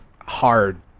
hard